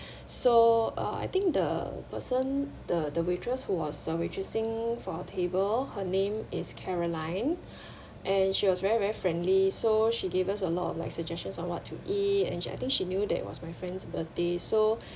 so uh I think the person the the waitress who are servicing for our table her name is caroline and she was very very friendly so she gave us a lot of like suggestions on what to eat and I think she knew that it was my friend's birthday so